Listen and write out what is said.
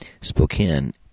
Spokane